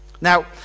Now